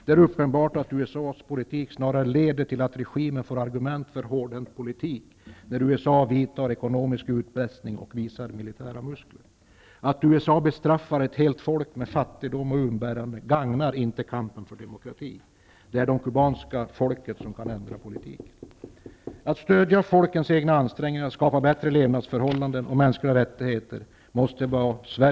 Det är uppenbart att USA:s politik snarare leder till att regimen får argument för en hårdhänt politik när USA vidtar ekonomisk utpressning och visar militära muskler. Att USA bestraffar ett helt folk med fattigdom och umbäranden gagnar inte kampen för demokrati. Det är det kubanska folket som kan ändra politiken. Sveriges solidariska identitet i världen måste vara att stödja folkens egna ansträngningar att skapa bättre levnadsförhållanden och mänskliga rättigheter.